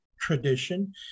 tradition